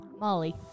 Molly